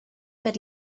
per